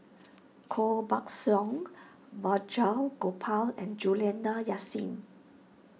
Koh Buck Song Barjia Gopal and Juliana Yasin